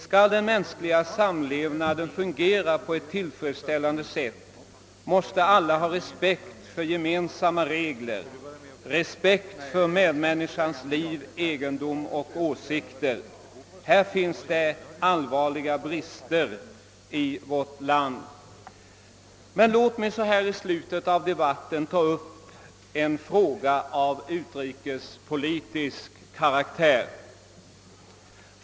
Skall den mänskliga samlevnaden fungera på ett tillfredsställande sätt måste alla ha respekt för gemensamma regler, respekt för medmänniskans liv, egendom och åsikter. Här finns det allvarliga brister i vårt land. Men låt mig så här i slutet av debatten ta upp en fråga av utrikespolitisk karaktär.